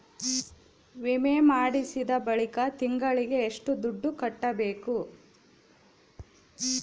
ವಿಮೆ ಮಾಡಿಸಿದ ಬಳಿಕ ತಿಂಗಳಿಗೆ ಎಷ್ಟು ದುಡ್ಡು ಕಟ್ಟಬೇಕು?